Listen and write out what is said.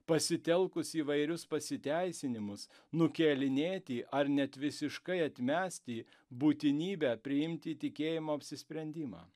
pasitelkus įvairius pasiteisinimus nukėlinėti ar net visiškai atmesti būtinybę priimti tikėjimo apsisprendimą